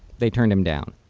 they turned him down.